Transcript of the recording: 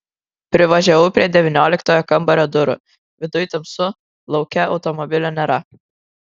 privažiavau prie devynioliktojo kambario durų viduj tamsu lauke automobilio nėra